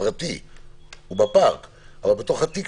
הרבה פעמים